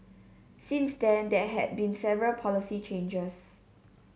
since then there had been several policy changes